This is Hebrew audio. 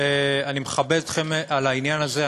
ואני מכבד אתכם על העניין הזה.